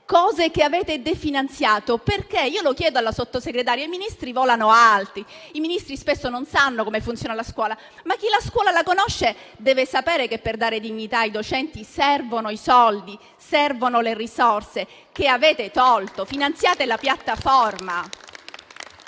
cose che avete definanziato? Perché? Lo chiedo alla Sottosegretaria, mentre i Ministri volano alti, spesso non sanno come funziona la scuola. Ma chi la scuola conosce deve sapere che, per dare dignità ai docenti, servono i soldi, servono le risorse che avete tolto. E voi invece finanziate la piattaforma!